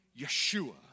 Yeshua